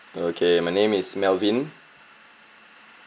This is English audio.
okay and my name is melvin